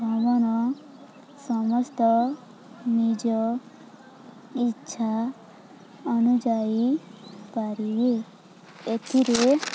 ଭ୍ରମଣ ସମସ୍ତ ନିଜ ଇଚ୍ଛା ଅନୁଯାୟୀ ପାରିବି ଏଥିରେ